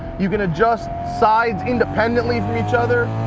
you can adjust sides independently from each other.